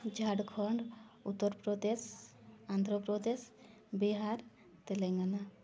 Jharkhand Uttar Pradesh Andhra Pradesh Bihar Telangana